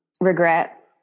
regret